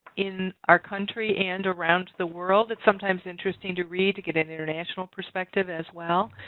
in our country and around the world. it's sometimes interesting to read to get an international perspective as well.